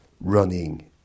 running